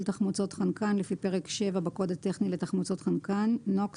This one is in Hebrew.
תחמוצות חנקן לפי פרק 7 בקוד הטכני לתחמוצות חנקן (NOx),